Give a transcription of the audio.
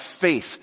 faith